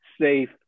safe